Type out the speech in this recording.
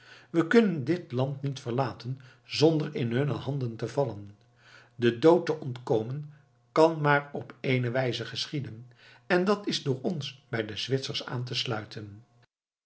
we kunnen dit land niet verlaten zonder in hunne handen te vallen den dood te ontkomen kan maar op ééne wijze geschieden en dat is door ons bij de zwitsers aan te sluiten